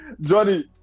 Johnny